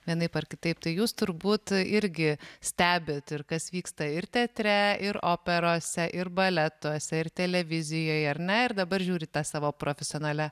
vienaip ar kitaip tai jūs turbūt irgi stebit ir kas vyksta ir teatre ir operose ir baletuose ir televizijoje ar ne ir dabar žiūrit ta savo profesionalia